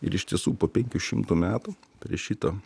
ir iš tiesų po penkių šimtų metų prie šito